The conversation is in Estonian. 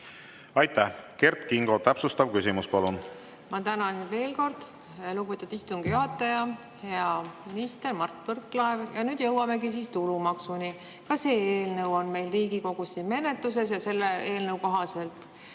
Aitäh! Kert Kingo, täpsustav küsimus, palun! Ma tänan veel kord, lugupeetud istungi juhataja! Hea minister Mart Võrklaev! Nüüd jõuamegi tulumaksuni, ka see eelnõu on meil Riigikogus menetluses. Selle eelnõu kohaselt